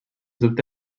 dubte